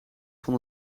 van